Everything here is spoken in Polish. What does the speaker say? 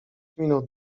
minut